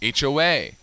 HOA